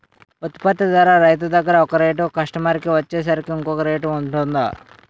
ఉత్పత్తి ధర రైతు దగ్గర ఒక రేట్ కస్టమర్ కి వచ్చేసరికి ఇంకో రేట్ వుంటుందా?